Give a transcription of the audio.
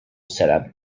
setup